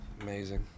Amazing